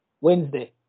Wednesday